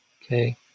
Okay